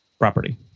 property